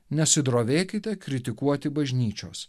nesidrovėkite kritikuoti bažnyčios